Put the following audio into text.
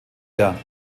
der